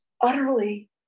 utterly